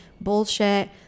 bullshit